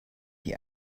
die